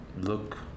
look